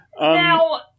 Now